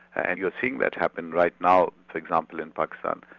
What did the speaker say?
and you're seeing that happen right now for example in pakistan.